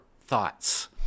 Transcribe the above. thoughts